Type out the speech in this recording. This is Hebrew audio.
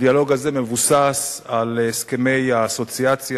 הדיאלוג הזה מבוסס על הסכמי האסוציאציה